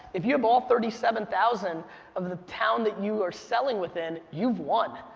if you have all thirty seven thousand of the town that you are selling within, you've won.